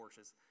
Porsches